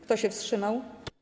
Kto się wstrzymał?